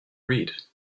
read